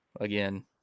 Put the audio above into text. again